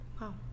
Wow